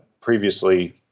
previously